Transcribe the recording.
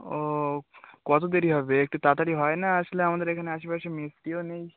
ও কত দেরি হবে একটু তাড়াতাড়ি হয় না আসলে আমাদের এখানে আশেপাশে মিস্তিরিও নেই